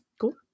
cool